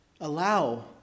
allow